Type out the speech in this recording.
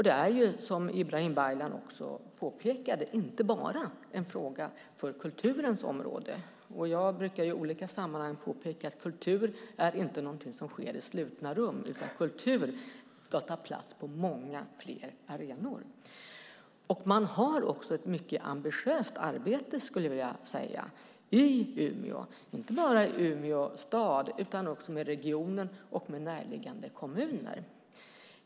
Det är, som Ibrahim Baylan också påpekade, inte bara en fråga för kulturens område. Jag brukar i olika sammanhang påpeka att kultur inte är någonting som sker i slutna rum, utan kultur ska ta plats på många fler arenor. Man har också ett mycket ambitiöst arbete i Umeå, skulle jag vilja säga. Det gäller inte bara i Umeå stad utan även i regionen och i närliggande kommuner.